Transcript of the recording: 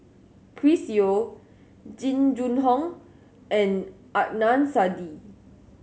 Chris Yeo Jing Jun Hong and Adnan Saidi